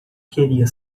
queria